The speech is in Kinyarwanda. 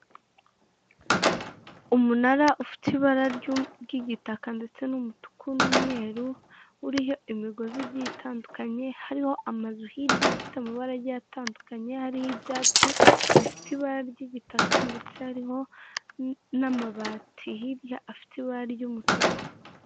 Umunara ufite ibara ry'igitaka ndetse n'umutuku n'umweru, uriho imigozi igiye itandukanye, hariho amazu hirya afite amabara agiye atandukanye, hariho ibyatsi bifite ibara ry'igitaka ndetse hariho n'amabati hirya afite ibara ry'umutuku.